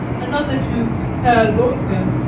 another to herr leutner,